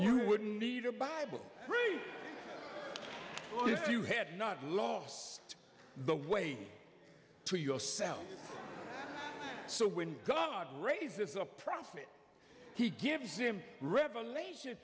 you wouldn't need a bible if you had not lost the way to yourself so when god raises a prophet he gives him revelation